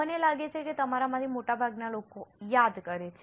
મને લાગે છે કે તમારામાંથી મોટાભાગના લોકો યાદ કરે છે